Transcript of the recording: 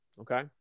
Okay